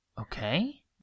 Okay